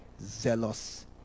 zealous